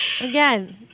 Again